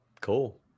cool